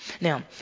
Now